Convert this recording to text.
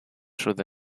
through